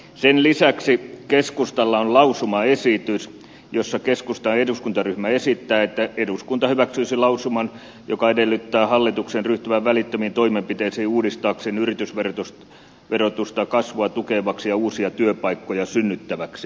sen lisäksi keskustalla on lausumaesitys jossa keskustan eduskuntaryhmä esittää että eduskunta hyväksyisi lausuman joka edellyttää hallituksen ryhtyvän välittömiin toimenpiteisiin uudistaakseen yritysverotusta kasvua tukevaksi ja uusia työpaikkoja synnyttäväksi